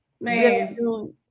Man